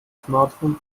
smartphone